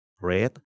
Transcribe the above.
red